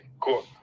cool